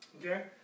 Okay